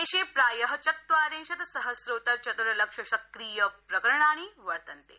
देशे प्राय चत्वारिंशत् सहस्रोत्तर चतुरलक्ष सक्रिय प्रकरणानि वर्तन्ते